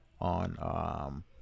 on